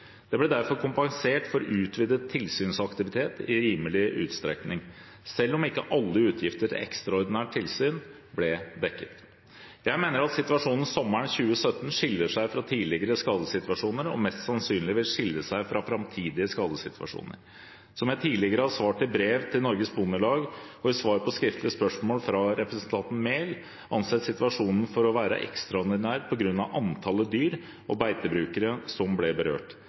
Det ble derfor kompensert for utvidet tilsynsaktivitet i rimelig utstrekning, selv om ikke alle utgifter til ekstraordinært tilsyn ble dekket. Jeg mener at situasjonen sommeren 2017 skiller seg fra tidligere skadesituasjoner og mest sannsynlig vil skille seg fra framtidige skadesituasjoner. Som jeg tidligere har svart i brev til Norges Bondelag og i svar på skriftlig spørsmål fra representanten Enger Mehl, anses situasjonen for å være ekstraordinær på grunn av antallet dyr og beitebrukere som ble berørt,